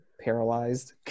paralyzed